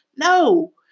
No